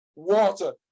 Water